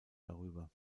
darüber